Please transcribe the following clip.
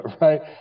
right